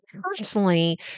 personally